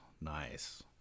nice